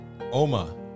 Oma